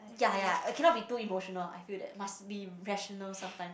ya ya uh cannot be too emotional I feel that must be rational sometimes